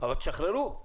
אבל תשחררו.